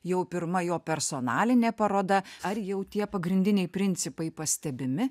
jau pirma jo personalinė paroda ar jau tie pagrindiniai principai pastebimi